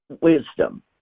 wisdom